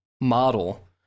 model